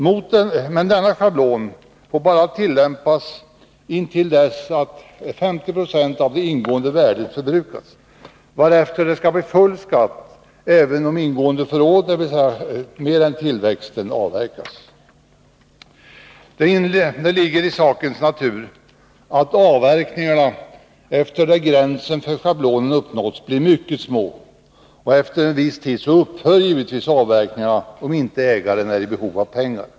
Men denna schablon får bara tillämpas intill dess att 50 90 av det ingående värdet förbrukats. Därefter skall det bli full skatt, även om ingående förråd — alltså mera än tillväxten — avverkas. Det ligger i sakens natur att avverkningarna efter det att gränsen för schablonen uppnåtts blir mycket små. Efter en viss tid upphör givetvis avverkningarna, om inte ägaren är i behov av pengar.